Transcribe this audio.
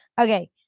Okay